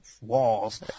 walls